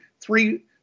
three